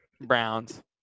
Browns